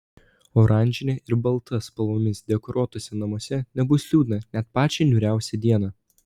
oranžine ir balta spalvomis dekoruotuose namuose nebus liūdna net pačią niūriausią dieną